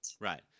Right